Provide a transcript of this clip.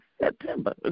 September